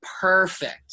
perfect